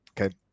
Okay